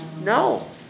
No